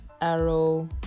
Arrow